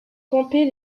camper